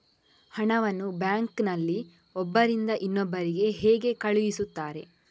ಹಣವನ್ನು ಬ್ಯಾಂಕ್ ನಲ್ಲಿ ಒಬ್ಬರಿಂದ ಇನ್ನೊಬ್ಬರಿಗೆ ಹೇಗೆ ಕಳುಹಿಸುತ್ತಾರೆ?